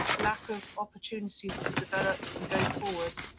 lack of opportunities to develop and go forward.